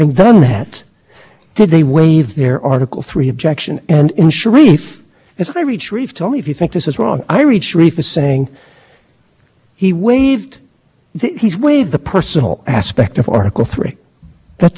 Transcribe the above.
to exercise your discretion to reach that the petitioner argues that you should because this is because the cause of the importance of the issue but i would suggest that actually the exercise discretion runs in exactly the other direction which is to say in an